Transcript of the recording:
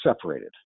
separated